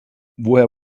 woher